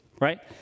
right